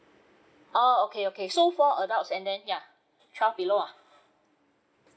oh okay okay so four adults and then ya twelve below ah